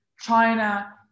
China